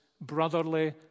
brotherly